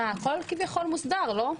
כי הרי כביכול הכול מוסדר, לא?